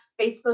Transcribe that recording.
Facebook